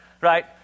right